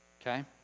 Okay